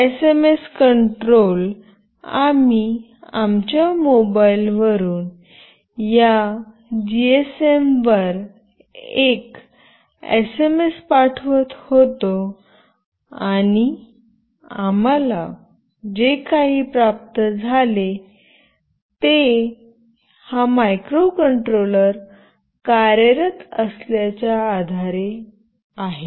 SMS control आम्ही आमच्या मोबाइलवरून या जीएसएम वर एक एसएमएस पाठवत होतो आणि आम्हाला जे काही प्राप्त झाले ते हा मायक्रोकंट्रोलर कार्यरत असल्याच्या आधारे आहे